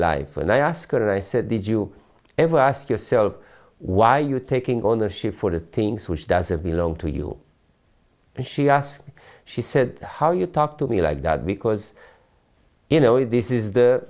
life and i asked her i said did you ever ask yourself why you taking ownership for the things which doesn't belong to you and she asked she said how you talk to me like that because you know this is the